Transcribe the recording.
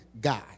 guy